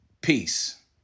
Peace